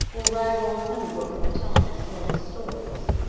we'll rag old honeybrook into telling us some of his stories.